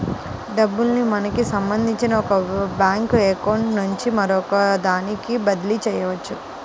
డబ్బుల్ని మనకి సంబంధించిన ఒక బ్యేంకు అకౌంట్ నుంచి మరొకదానికి బదిలీ చెయ్యొచ్చు